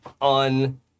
on